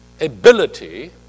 ability